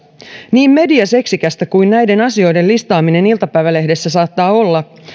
niin mediaseksikästä kuin näiden asioiden listaaminen iltapäivälehdessä saattaa olla